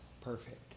perfect